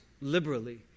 liberally